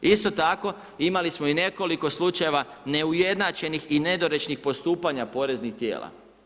Isto tako, imali smo i nekoliko slučajeva neujednačenih i nedorečenih postupanja poreznih tijela.